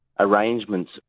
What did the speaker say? arrangements